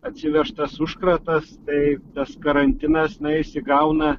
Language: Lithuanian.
atsivežtas užkratas tai tas karantinas na jis įgauna